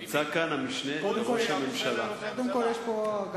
אם זה כל כך חשוב,